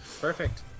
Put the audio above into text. Perfect